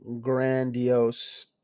Grandiose